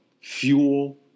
fuel